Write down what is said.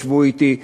ישבו אתי,